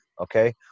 Okay